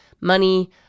money